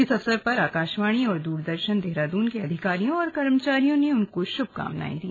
इस अवसर पर आकाशवाणी और दूरदर्शन देहरादून के अधिकारियों और कर्मचारियों ने उनको शुभकामनाएं दी